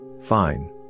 Fine